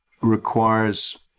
requires